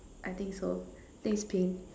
I think so think is pink